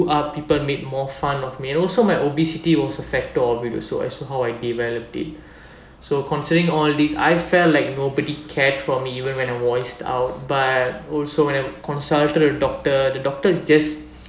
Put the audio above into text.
up people made more fun of me and also my obesity was a factor of it also as to how I develop it so considering all these I felt like nobody cared for me even when I voiced out but also when I consulted the doctor the doctor just